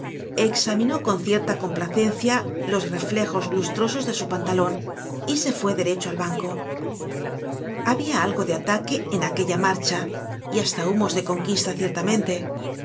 examinó con cierta complacencia los reflejos lustrosos de su pantalon y se fué derecho al banco habia algo de ataque en aquella marcha y hasta humos de conquista ciertamente